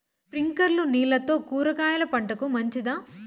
స్ప్రింక్లర్లు నీళ్లతో కూరగాయల పంటకు మంచిదా?